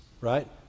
right